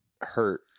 hurt